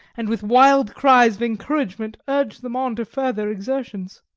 and with wild cries of encouragement urged them on to further exertions.